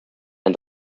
and